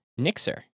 Nixer